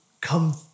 come